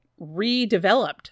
redeveloped